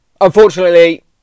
Unfortunately